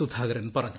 സുധാകരൻ പറഞ്ഞു